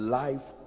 life